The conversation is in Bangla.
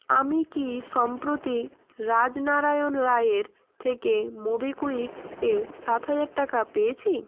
আমি কি সম্প্রতি রাজনারায়ণ রায়ের থেকে মোবিকুইক এ সাত হাজার টাকা পেয়েছি